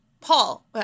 Paul